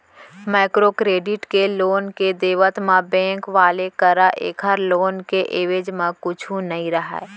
micro credit के loan के देवत म बेंक वाले करा ऐखर लोन के एवेज म कुछु नइ रहय